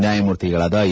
ನ್ನಾಯಮೂರ್ತಿಗಳಾದ A